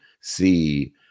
see